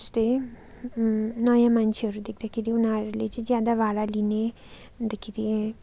जस्तै नयाँ मान्छेहरू देख्दाखेरि उनीहरूले चाहिँ ज्यादा भाडा लिने अन्तखेरि